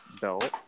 belt